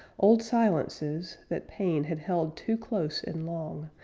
old silences, that pain had held too close and long,